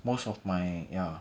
most of my ya